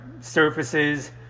surfaces